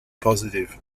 positive